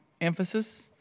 emphasis